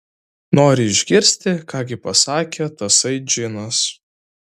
noriu išgirsti ką gi pasakė tasai džinas